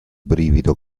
brivido